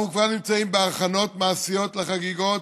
אנחנו כבר נמצאים בהכנות מעשיות לחגיגות,